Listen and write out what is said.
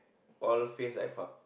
all face like fuck